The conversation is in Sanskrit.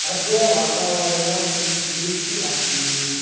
अद्य वातावरणं दृष्टु आसीत्